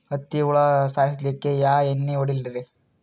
ಹತ್ತಿ ಹುಳ ಸಾಯ್ಸಲ್ಲಿಕ್ಕಿ ಯಾ ಎಣ್ಣಿ ಹೊಡಿಲಿರಿ?